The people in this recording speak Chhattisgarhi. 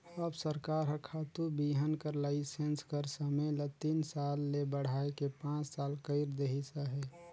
अब सरकार हर खातू बीहन कर लाइसेंस कर समे ल तीन साल ले बढ़ाए के पाँच साल कइर देहिस अहे